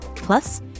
Plus